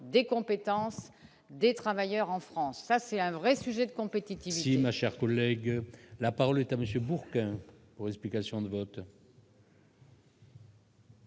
des compétences des travailleurs en France, ça c'est un vrai sujet de compétiton. Si ma chère collègue, la parole est à monsieur Bourquin, explications de vote.